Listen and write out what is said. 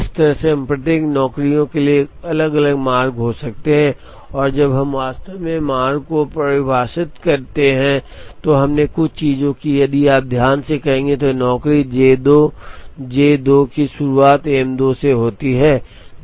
इसलिए इस तरह से हम प्रत्येक नौकरियों के लिए एक अलग मार्ग हो सकते हैं और जब हम वास्तव में मार्गों को परिभाषित करते हैं तो हमने कुछ चीजें कीं यदि आप ध्यान से कहें तो नौकरी J 2 J 2 की शुरुआत M 2 से होती है